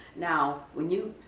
now when you